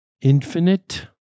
infinite